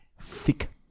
Thick